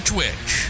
Twitch